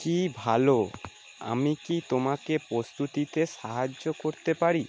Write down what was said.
কী ভালো আমি কি তোমাকে প্রস্তুতিতে সাহায্য করতে পারি